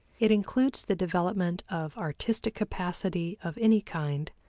it includes the development of artistic capacity of any kind,